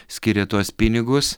skiria tuos pinigus